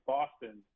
Boston